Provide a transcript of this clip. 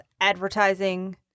advertising